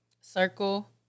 Circle